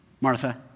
Martha